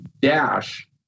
dash